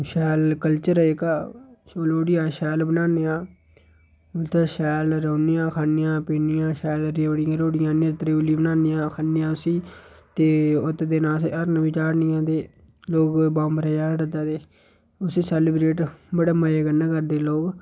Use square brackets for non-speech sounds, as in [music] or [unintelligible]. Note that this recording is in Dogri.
शैल कल्चर जेह्का लोह्ड़ी अस शैल बन्नाने आं मतलब शैल रौहन्ने आं खन्ने आं पीन्ने आं शैल रयोड़ियां रयूड़ियां आह्नियै त्रचोली बनान्ने आं खन्ने आं उसी ते उत्त दिन अस हरन बी चाढ़ने आं ते लोक [unintelligible] उसी सेलीब्रेट बड़े मजे कन्नै करदे लोक